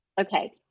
okay